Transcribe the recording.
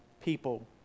people